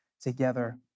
together